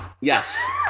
yes